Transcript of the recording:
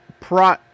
pro